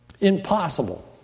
Impossible